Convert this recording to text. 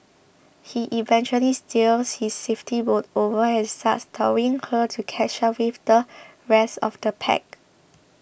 he eventually steers his safety boat over and starts towing her to catch up with the rest of the pack